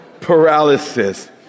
paralysis